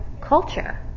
culture